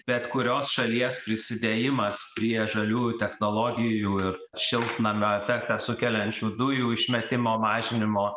bet kurios šalies prisidėjimas prie žaliųjų technologijų ir šiltnamio efektą sukeliančių dujų išmetimo mažinimo